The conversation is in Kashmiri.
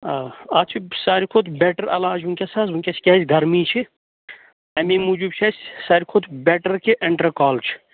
آ اَتھ چھِ سارِوٕے کھۄتہٕ بیٹر علاج وُنکٮ۪س حظ وُنکٮ۪س کیٛازِ گرمی چھِ اَمی موٗجوٗب چھِ اَسہِ سارِوٕے کھۄتہٕ بیٹر کہِ اینٹرکال چھُ